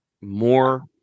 more